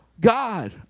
God